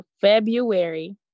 February